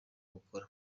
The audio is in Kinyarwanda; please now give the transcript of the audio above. gukora